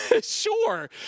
sure